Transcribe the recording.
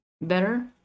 better